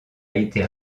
été